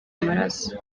amaraso